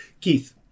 Keith